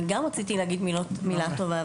גם אני רציתי להגיד מילה טובה,